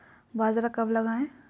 बाजरा कब लगाएँ?